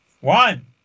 One